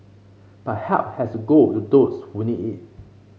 but help has go to those who need it